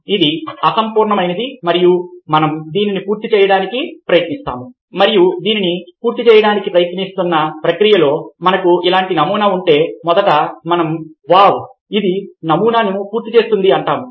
కాబట్టి ఇది అసంపూర్ణమైనది మరియు మనం దీన్ని పూర్తి చేయడానికి ప్రయత్నిస్తాము మరియు దీన్ని పూర్తి చేయడానికి ప్రయత్నిస్తున్న ప్రక్రియలో మనకు ఇలాంటి నమూనా ఉంటే అప్పుడు మనం వావ్ ఇది నమూనాను పూర్తి చేస్తుంది అంటాము